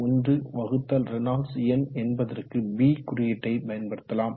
51 Reynolds எண் என்பதற்கு b குறியீட்டை பயன்படுத்தலாம்